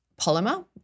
polymer